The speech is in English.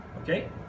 Okay